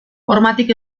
hormatik